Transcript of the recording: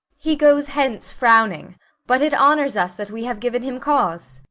he goes hence frowning but it honours us that we have given him cause.